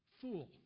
FOOL